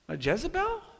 Jezebel